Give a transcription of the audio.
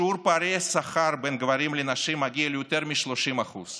שיעור פערי השכר בין גברים לנשים מגיע ליותר מ-30%;